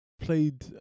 played